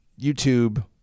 YouTube